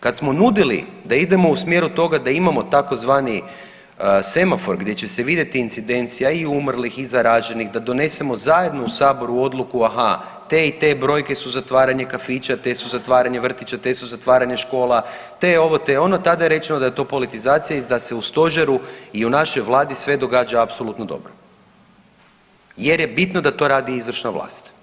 Kad smo nudili da idemo u smjeru toga da imamo tzv. semafor gdje će vidjeti i incidencija i umrlih i zaraženih, da donesemo zajedno u Saboru odluku, aha, te i te brojke su zatvaranje kafića, te su zatvaranje vrtića, te su zatvaranje škola, te ovo, te ono, tada je rečeno da je to politizacija i da se u Stožeru i u našoj Vladi sve događa apsolutno dobro jer je bitno da to radi izvršna vlast.